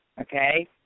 okay